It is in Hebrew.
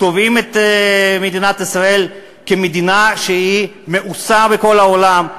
תובעים את מדינת ישראל כמדינה שמאוסה בכל העולם.